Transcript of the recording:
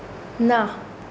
ना